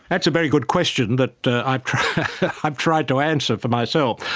that's a very good question that i've tried i've tried to answer for myself.